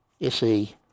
SE